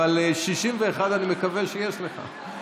אבל 61 אני מקווה שיש לך,